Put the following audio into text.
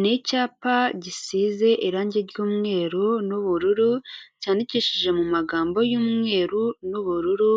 Ni icyapa gisize irangi ry'umweru n'ubururu, cyandikishije mu magambo y'umweru n'ubururu,